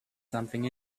something